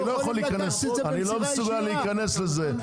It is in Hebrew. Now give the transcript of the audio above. אני לא מסוגל להיכנס לזה.